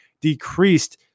decreased